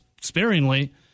sparingly